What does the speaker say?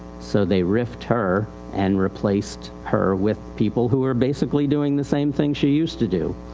so they rifid her and replaced her with people who were basically doing the same thing she used to do.